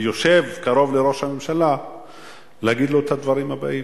ויושב קרוב לראש הממשלה להגיד לו את הדברים הבאים.